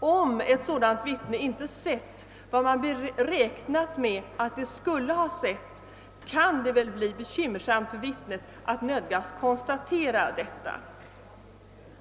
Om ett sådant vittne inte sett vad man räknar med att man skulle ha sett, kan det bli bekymmersamt för vittnet att nödgas konstatera detta.